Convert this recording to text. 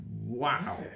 Wow